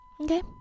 Okay